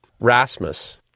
Rasmus